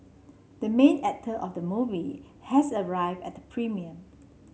the main actor of the movie has arrived at the premiere